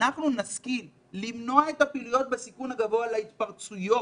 אנחנו צריכים למנוע את הפעילויות בסיכון הגבוה להתפרצויות.